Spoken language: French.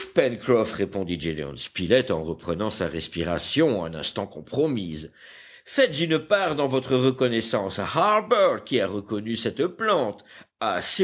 répondit gédéon spilett en reprenant sa respiration un instant compromise faites une part dans votre reconnaissance à harbert qui a reconnu cette plante à